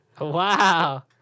Wow